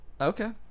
Okay